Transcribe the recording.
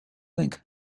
link